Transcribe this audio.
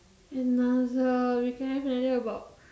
another we can have another about